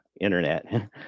internet